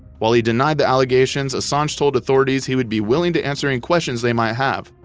while he denied the allegations, assange told authorities he would be willing to answer any questions they might have.